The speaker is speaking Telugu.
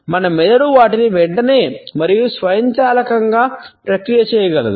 మన మెదడు వాటిని వెంటనే మరియు స్వయంచాలకంగా ప్రక్రియ చేయగలదు